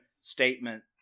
statement